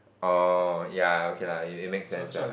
orh ya okay lah it makes sense lah